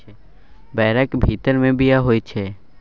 बैरक भीतर मे बीया होइ छै